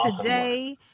today